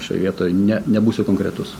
šioj vietoj ne nebūsiu konkretus